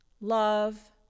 Love